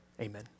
amen